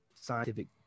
scientific